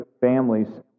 families